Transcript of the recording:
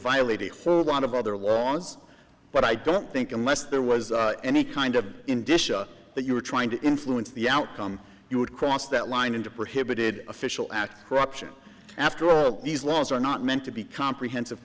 violate it for a lot of other laws but i don't think unless there was any kind of indicia that you were trying to influence the outcome you would cross that line into prohibited official act corruption after all these laws are not meant to be comprehensive